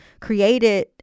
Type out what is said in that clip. created